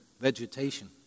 vegetation